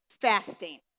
fasting